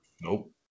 Nope